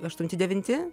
aštunti devinti